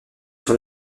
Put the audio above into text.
sur